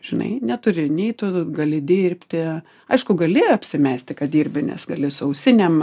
žinai neturi nei tu gali dirbti aišku gali apsimesti kad dirbi nes gali su ausinėm